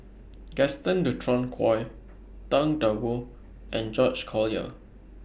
Gaston Dutronquoy Tang DA Wu and George Collyer